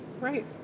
Right